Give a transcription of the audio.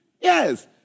Yes